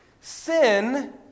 sin